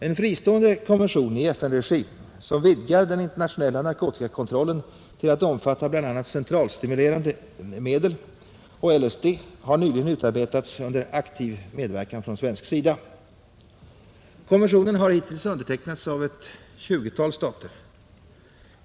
En fristående konvention i FN-regi som vidgar den internationella narkotikakontrollen till att omfatta bl.a. centralstimulerande medel och LSD har nyligen utarbetats under aktiv medverkan från svensk sida. Konventionen har hittills undertecknats av ett 20-tal stater.